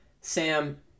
Sam